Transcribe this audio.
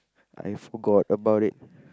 I forgot about it